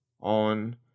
on